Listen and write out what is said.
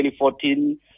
2014